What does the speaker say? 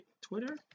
Twitter